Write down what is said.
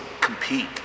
compete